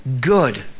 good